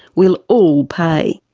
we'll all pay.